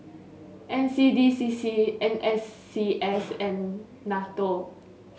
N C D C C N S C S and NATO